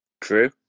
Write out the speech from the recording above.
True